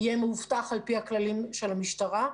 המרכז יהיה מאובטח על פי הכללים של המשטרה.